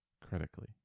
critically